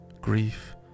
grief